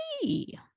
see